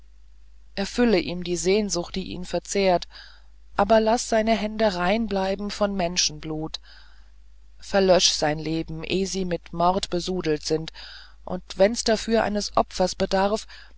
erfüll ihm die sehnsucht die ihn verzehrt aber laß seine hände rein bleiben von menschenblut verlösch sein leben eh sie mit mord besudelt sind und wenn's dafür eines opfers bedarf